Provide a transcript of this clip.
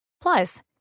Plus